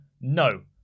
no